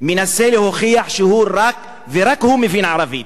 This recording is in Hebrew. להוכיח שהוא ורק הוא מבין ערבית,